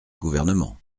gouvernement